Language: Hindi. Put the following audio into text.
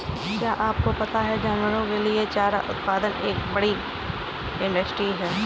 क्या आपको पता है जानवरों के लिए चारा उत्पादन एक बड़ी इंडस्ट्री है?